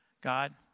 God